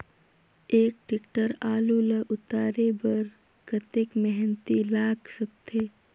एक टेक्टर आलू ल उतारे बर कतेक मेहनती लाग सकथे?